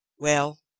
well.